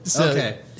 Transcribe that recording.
Okay